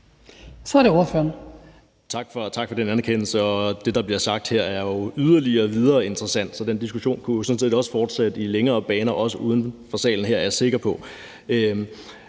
Så er det ordføreren.